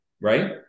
Right